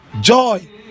Joy